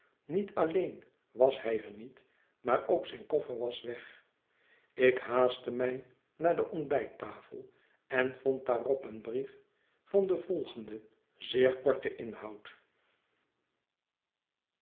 niet alleen was hij er niet maar ook zijn koffer was weg ik haastte mij naar de ontbijttafel en vond daarop een brief van den volgenden zeer korten inhoud